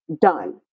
done